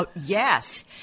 Yes